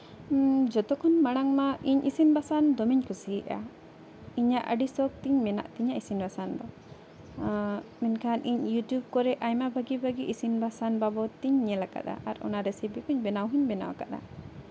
ᱡᱚᱛᱚᱠᱷᱚᱱ ᱢᱟᱲᱟᱝ ᱢᱟ ᱤᱧ ᱤᱥᱤᱱ ᱵᱟᱥᱟᱝ ᱫᱚᱢᱮᱧ ᱠᱩᱥᱤᱭᱟᱜᱼᱟ ᱤᱧᱟᱹᱜ ᱟᱹᱰᱤ ᱥᱚᱠᱷ ᱛᱤᱧ ᱢᱮᱱᱟᱜ ᱛᱤᱧᱟᱹ ᱤᱥᱤᱱ ᱵᱟᱥᱟᱝ ᱫᱚ ᱢᱮᱱᱠᱷᱟᱱ ᱤᱧ ᱤᱭᱩᱴᱩᱵᱽ ᱠᱚᱨᱮᱫ ᱟᱭᱢᱟ ᱵᱷᱟᱹᱜᱤ ᱵᱷᱟᱹᱜᱤ ᱤᱥᱤᱱ ᱵᱟᱥᱟᱝ ᱵᱟᱵᱚᱫ ᱛᱤᱧ ᱧᱮᱞ ᱟᱠᱟᱫᱟ ᱟᱨ ᱚᱱᱟ ᱨᱮᱥᱤᱯᱤ ᱠᱚᱧ ᱵᱮᱱᱟᱣ ᱦᱚᱸᱧ ᱵᱮᱱᱟᱣ ᱟᱠᱟᱫᱟ